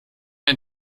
ein